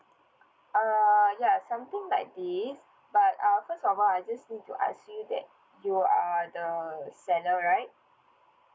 uh ya something like this but uh first of all I just need to ask you that you are the seller right